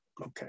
Okay